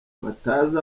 batazi